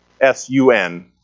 S-U-N